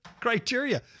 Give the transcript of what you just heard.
criteria